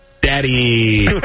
daddy